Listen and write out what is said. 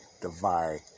divide